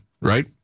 right